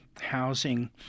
housing